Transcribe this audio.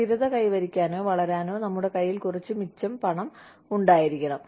സ്ഥിരത കൈവരിക്കാനോ വളരാനോ നമ്മുടെ കയ്യിൽ കുറച്ച് മിച്ച പണം ഉണ്ടായിരിക്കണം